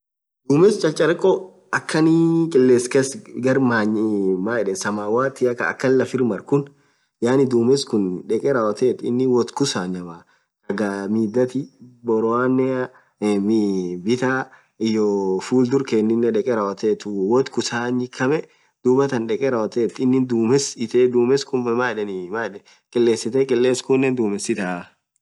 Dhumes chacharekho akhanii qiles khas gar manyiii maan yedhen samawati Khan akhan lafir marrr khun yaani dhumes khun dheke rawothe inin woth kusanyamaa khaa midhathi borroann iii bithaa iyoo fuldhur kheninen dheke rawothethu woth kusanyikamee dhuathan dheke rawothethu dhumes itee iskhun mayedhen qilesthe qiles khun dhumese itaaa